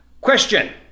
Question